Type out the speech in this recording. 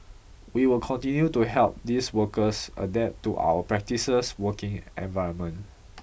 we will continue to help these workers adapt to our practices working environment